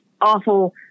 awful